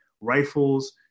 rifles